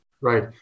Right